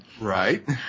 Right